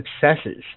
successes